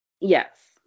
Yes